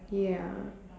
ya